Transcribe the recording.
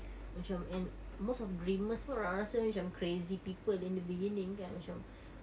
macam and most of dreamers pun orang rasa macam crazy people in the beginning kan macam